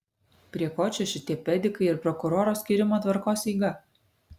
prie ko čia šitie pedikai ir prokuroro skyrimo tvarkos eiga